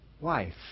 wife